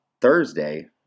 Thursday